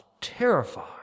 terrified